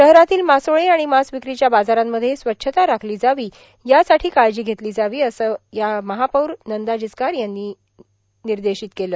शहरातील मासोळी आणि मांस विक्रीच्या बाजारामध्येही स्वच्छता राखली जावी यासाठी काळजी घेतली जावी असे यावेळी महापौर नंदा जिचकार यांनी निर्देशित केले